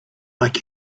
like